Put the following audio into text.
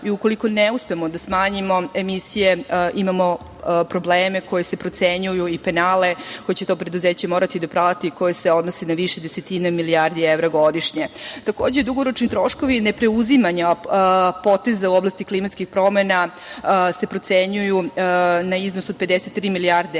i ukoliko ne uspemo da smanjimo emisije imamo probleme i penale koje će to preduzeće morati da plati i koji se odnose na više desetina milijardi evra godišnje. Takođe, dugoročni troškovi ne preuzimanja poteza u oblasti klimatskih promena se procenjuju na iznos od 53 milijarde evra